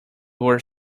were